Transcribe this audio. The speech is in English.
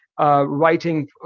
writing